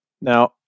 Now